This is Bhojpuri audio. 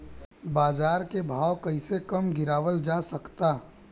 बाज़ार के भाव कैसे कम गीरावल जा सकता?